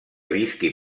visqui